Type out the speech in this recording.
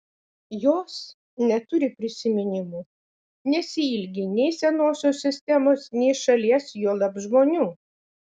jos neturi prisiminimų nesiilgi nei senosios sistemos nei šalies juolab žmonių